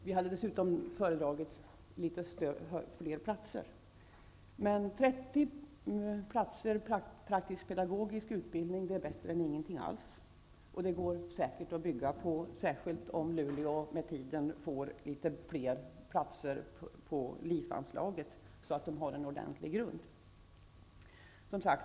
Vi hade föredragit flera platser men 30 platser praktisk-pedagogisk utbildning är bättre än ingenting alls. Utbildningen går också säkert att byggas på, särskilt om Umeå med tiden får litet fler platser med stöd av LIV anslaget.